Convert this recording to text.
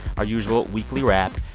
our usual weekly wrap.